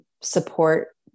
support